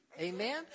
Amen